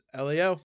LEO